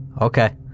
Okay